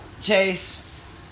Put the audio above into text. Chase